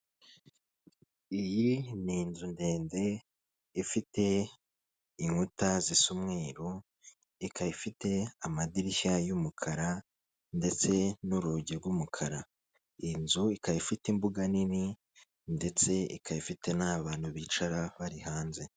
Iyi ni inzu ndende ifite inkuta z'isa umweru, ikaba ifite amadirishya y'umukara ndetse n'urugi rw'umukara iyi nzu ikaba ifite imbuga nini ndetse ikaba ifite naho abantu bicara bari hanze.